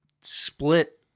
split